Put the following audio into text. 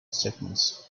segments